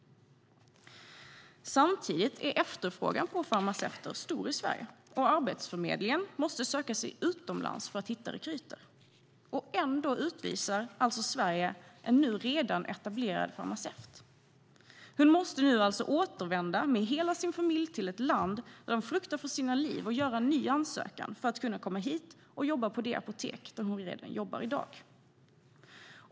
Samtidigt är efterfrågan på farmaceuter stor i Sverige, och Arbetsförmedlingen måste söka sig utomlands för att hitta rekryter. Ändå utvisar Sverige alltså en redan etablerad farmaceut. Hon måste nu återvända med hela sin familj till ett land där de fruktar för sina liv och göra en ny ansökan för att kunna komma hit och jobba på det apotek där hon i dag redan jobbar.